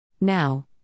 Now